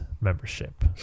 membership